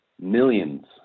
millions